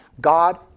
God